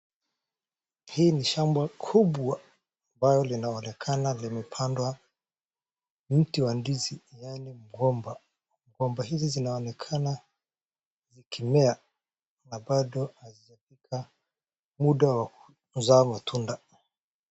Hii ni shamba kubwa ambao linaonekana limepandwa mti wa ndizi yaani mgomba. Ngomba hizi zinaonenakana zikimea bado na hazijafika muda wa kuzaa matunda.